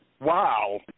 Wow